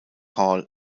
hall